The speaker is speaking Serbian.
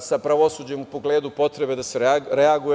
sa pravosuđem u pogledu potrebe da se reaguje.